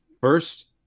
First